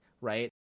right